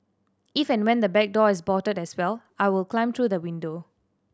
if and when the back door is bolted as well I will climb through the window